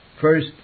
First